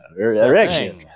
erection